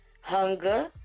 hunger